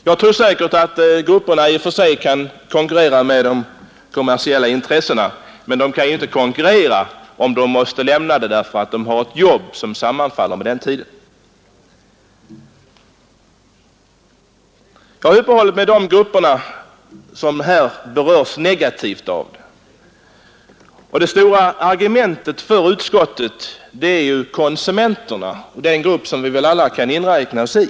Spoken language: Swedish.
Jag tror säkert att t.ex. motionsgrupperna i och för sig kan konkurrera med de kommersiella intressena, men de kan inte konkurrera om deltagarna har ett jobb som måste utföras på den tid då aktiviteterna pågår. Jag har uppehållit mig vid de grupper som berörs negativt av ett slopande av lagen. Det stora argumentet för utskottet är ju hänsynen till konsumenterna, den grupp som vi alla kan inräknas i.